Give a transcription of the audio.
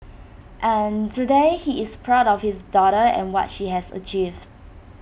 and today he is proud of his daughter and what she has achieved